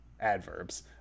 adverbs